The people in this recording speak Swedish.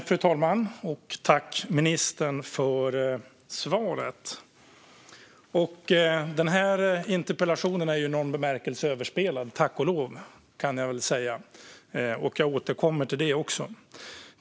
Fru talman! Jag tackar ministern för svaret. Denna interpellation är i någon bemärkelse överspelad - tack och lov, kan jag säga. Jag återkommer till det.